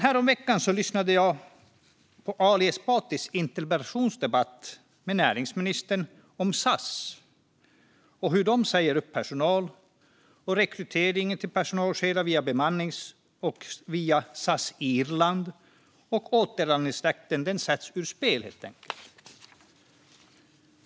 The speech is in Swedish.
Häromveckan lyssnade jag dock på Ali Esbatis interpellationsdebatt med näringsministern om SAS - hur de säger upp personal, hur rekrytering av personal sker via bemanning och via SAS Irland, hur återanställningsrätten sätts ur spel och så vidare.